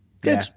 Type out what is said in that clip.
Good